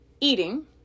eating